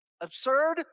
Absurd